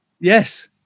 Yes